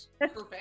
Perfect